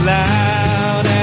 loud